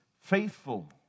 faithful